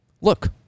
Look